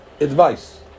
advice